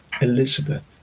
Elizabeth